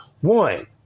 One